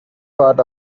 part